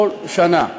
כל שנה.